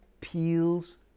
peels